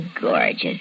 gorgeous